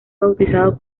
bautizado